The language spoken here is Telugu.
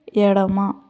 ఎడమ